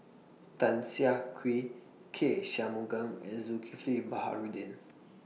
Tan Siah Kwee K Shanmugam and Zulkifli Baharudin